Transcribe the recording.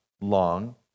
long